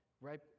right